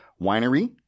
Winery